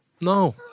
No